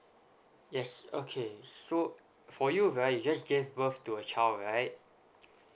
yes okay so for you right you just gave birth to a child right